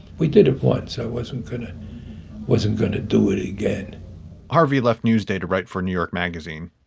we did have one. so it wasn't good. it wasn't going to do it again harvey left newsday to write for new york magazine.